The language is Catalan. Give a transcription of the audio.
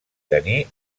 tenir